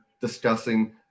discussing